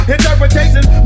Interpretations